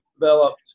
developed